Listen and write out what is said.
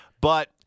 but-